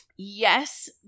Yes